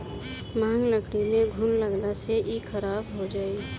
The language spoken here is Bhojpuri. महँग लकड़ी में घुन लगला से इ खराब हो जाई